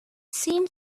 seemed